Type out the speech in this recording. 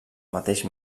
mateix